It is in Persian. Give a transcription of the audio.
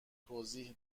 توضیح